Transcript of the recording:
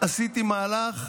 עשיתי מהלך,